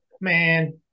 Man